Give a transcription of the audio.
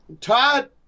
Todd